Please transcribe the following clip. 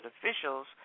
officials